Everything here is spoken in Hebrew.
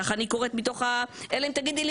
כך אני קוראת מתוך ה אלא אם תגידי לי